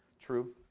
True